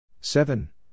Seven